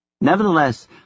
Nevertheless